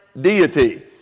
Deity